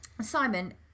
Simon